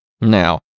Now